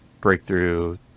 breakthrough